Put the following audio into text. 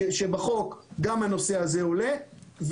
שבחוק, גם הנושא הזה עולה.